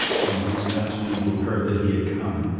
when glooskap's people heard that he had come,